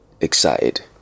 excited